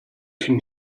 can